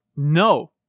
no